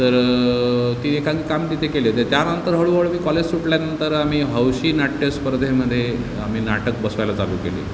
तर ती एकांकिका आम्ही तिथे केली ते त्यानंतर हळूहळू मी कॉलेज सुटल्यानंतर आम्ही हौशी नाट्यस्पर्धेमध्ये आम्ही नाटक बसवायला चालू केले